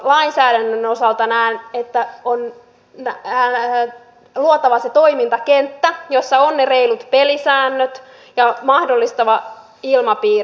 lainsäädännön osalta näen että on luotava se toimintakenttä jossa ovat ne reilut pelisäännöt ja mahdollistava ilmapiiri